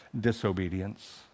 Disobedience